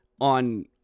on